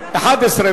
11,